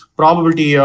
probability